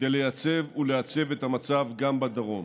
כדי לייצב ולעצב את המצב גם בדרום.